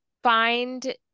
find